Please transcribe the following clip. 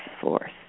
force